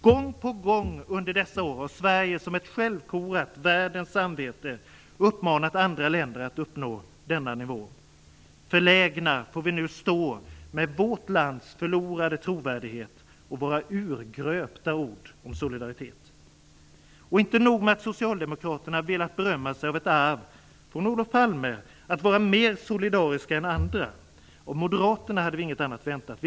Gång på gång under dessa år har Sverige som ett självkorat världens samvete uppmanat andra länder att uppnå denna nivå. Förlägna får vi nu stå med vårt lands förlorade trovärdighet och våra urgröpta ord om solidaritet. Socialdemokraterna har velat berömma sig av ett arv från Olof Palme att vara mer solidariska än andra. Av moderaterna hade vi inget annat väntat.